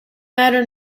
matter